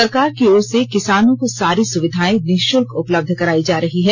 सरकार की ओर से किसानों को सारी सुविधाएं निशुल्क उपलब्ध कराई जा रही है